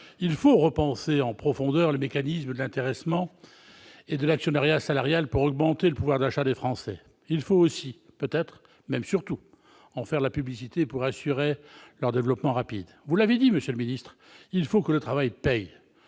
Il faut repenser en profondeur les mécanismes d'intéressement et de l'actionnariat salarial pour augmenter le pouvoir d'achat des Français. Il faut aussi, et peut-être même surtout, en faire la publicité pour assurer leur développement rapide. Vous l'avez dit, monsieur le secrétaire d'État, il faut que le travail paye